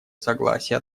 согласия